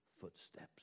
footsteps